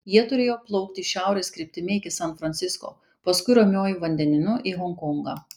jie turėjo plaukti šiaurės kryptimi iki san francisko paskui ramiuoju vandenynu į honkongą